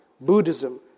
Buddhism